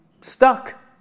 stuck